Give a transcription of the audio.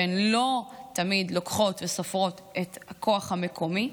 שהן לא תמיד לוקחות וסופרות את הכוח המקומי,